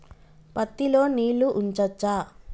పత్తి లో నీళ్లు ఉంచచ్చా?